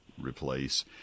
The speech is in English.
replace